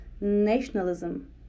nationalism